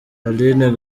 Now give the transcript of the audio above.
aline